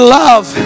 love